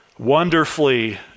wonderfully